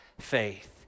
faith